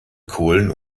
kohlen